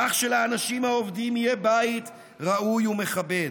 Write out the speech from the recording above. כך שלאנשים העובדים יהיה בית ראוי ומכבד,